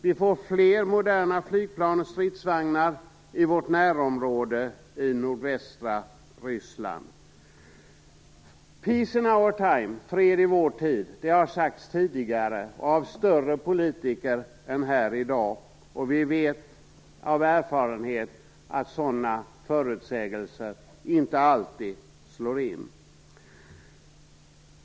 Vi får fler moderna flygplan och stridsvagnar i vårt närområde i nordvästra Ryssland. Peace in our time, "fred i vår tid" - det har sagts tidigare och av större politiker än här i dag. Vi vet av erfarenhet att sådana förutsägelser inte alltid slår in.